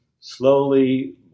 slowly